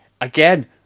again